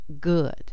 good